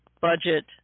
budget